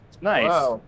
Nice